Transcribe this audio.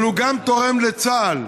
אבל תורם גם לצה"ל,